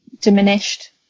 diminished